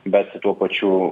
bet tuo pačiu